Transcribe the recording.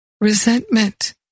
resentment